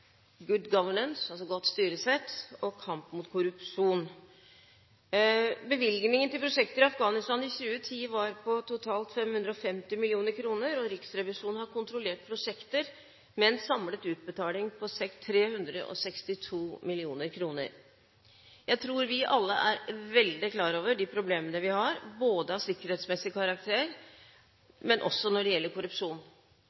governance», altså godt styresett, og kamp mot korrupsjon. Bevilgningen til prosjekter i Afghanistan i 2010 var på totalt 550 mill. kr. Riksrevisjonen har kontrollert prosjekter med en samlet utbetaling på 362 mill. kr. Jeg tror vi alle er veldig klar over de problemene vi har, både av sikkerhetsmessig